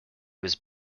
was